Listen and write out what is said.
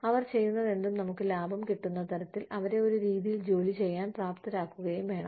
അവർ ചെയ്യുന്നതെന്തും നമുക്ക് ലാഭം കിട്ടുന്ന തരത്തിൽ അവരെ ഒരു രീതിയിൽ ജോലി ചെയ്യാൻ പ്രാപ്തരാക്കുകയും വേണം